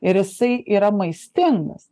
ir jisai yra maistingas